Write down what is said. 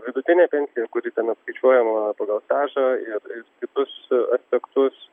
vidutinė pensija kuri ten apskaičiuojama pagal stažą ir kitus aspektus